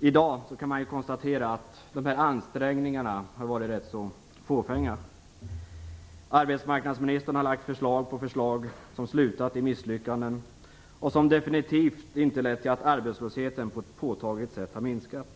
I dag kan man konstatera att ansträngningarna har varit rätt så fåfänga. Arbetsmarknadsministern har lagt fram förslag efter förslag som slutat i misslyckanden och som definitivt inte lett till att arbetslösheten på ett påtagligt sätt har minskat.